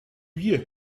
hier